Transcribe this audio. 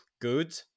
good